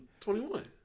21